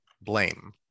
blame